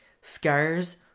scars